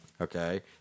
Okay